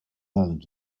island